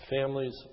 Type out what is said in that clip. families